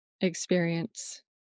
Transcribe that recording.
experience